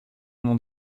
mont